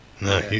No